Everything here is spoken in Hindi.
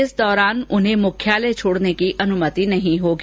इस दौरान उन्हें मुख्यालय छोड़ने की अनुमति नहीं होगी